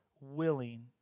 willing